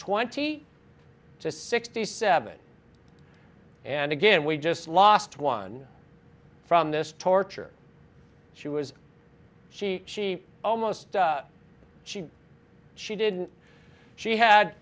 twenty to sixty seven and again we just lost one from this torture she was she she almost she she didn't she had